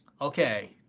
Okay